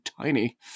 tiny